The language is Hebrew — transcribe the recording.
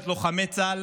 את לוחמי צה"ל,